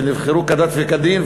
שנבחרו כדת וכדין,